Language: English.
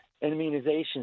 immunization